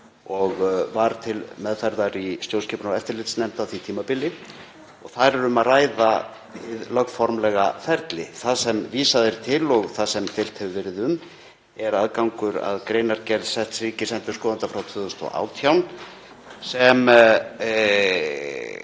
og var til meðferðar í stjórnskipunar- og eftirlitsnefnd á því tímabili. Þar er um að ræða hið lögformlega ferli. Það sem vísað er til og það sem deilt hefur verið um er aðgangur að greinargerð setts ríkisendurskoðanda frá 2018 sem